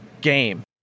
game